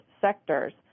sectors